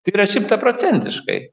tai yra šimta procentiškai